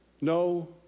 no